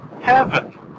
Heaven